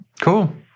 cool